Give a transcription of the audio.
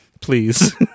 Please